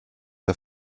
der